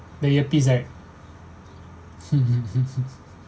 the earpiece right